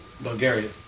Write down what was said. Bulgaria